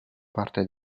parte